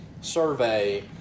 survey